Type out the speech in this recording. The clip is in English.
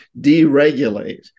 deregulate